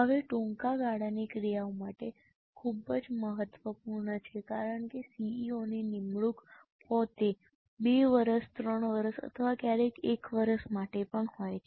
હવે ટૂંકા ગાળાની ક્રિયાઓ ખૂબ જ મહત્વપૂર્ણ છે કારણ કે CEOની નિમણૂક પોતે 2 વર્ષ 3 વર્ષ અથવા ક્યારેક 1 વર્ષ માટે પણ હોય છે